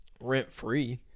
rent-free